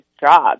job